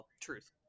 truth